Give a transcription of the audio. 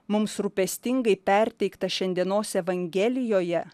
mums rūpestingai perteiktą šiandienos evangelijoje